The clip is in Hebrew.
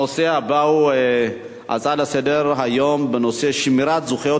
הנושא הבא הוא הצעה לסדר-היום בנושא: שמירת זכויות